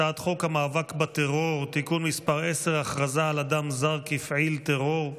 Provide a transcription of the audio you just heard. הצעת חוק המאבק בטרור (תיקון מס' 10) (הכרזה על אדם זר כפעיל טרור),